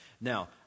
Now